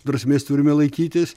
drausmės turime laikytis